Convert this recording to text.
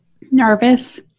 Nervous